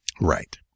Right